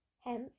Hence